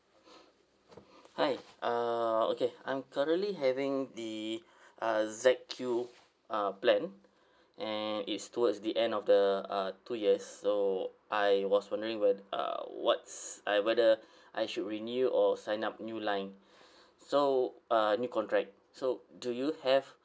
hi uh okay I'm currently having the uh Z_Q uh plan and it's towards the end of the uh two years so I was wondering whe~ uh what's I whether I should renew or sign up new line so uh new contract so do you have